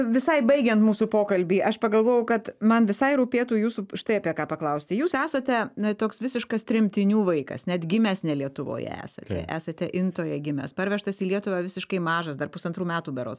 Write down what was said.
visai baigiant mūsų pokalbį aš pagalvojau kad man visai rūpėtų jūsų štai apie ką paklausti jūs esate na toks visiškas tremtinių vaikas net gimęs ne lietuvoje esate esate intoje gimęs parvežtas į lietuvą visiškai mažas dar pusantrų metų berods